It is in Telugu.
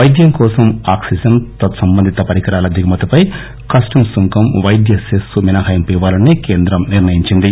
పైద్యం కోసం ఆక్సిజన్ తత్ సంబంధిత పరికరాల దిగుమతిపై కస్టమ్ సుంకం పైద్య సెస్సు మినహయింపు ఇవ్వాలని కేంద్రం నిర్ణయించింది